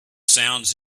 sounds